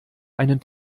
einen